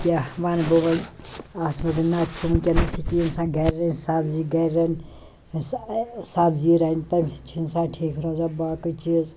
کیٛاہ وَنہٕ بہٕ ؤنۍ اَتھ متلِق نَتہٕ چھِ ؤنۍ کیٚنَس ییٚلہِ اِنسان گَرِ رَنہِ سبزی گَرِ رَنہِ سبزی رَنہِ تٔمۍ سۭتۍ چھِ اِنسان ٹھیٖک روزان باقٕے چیٖز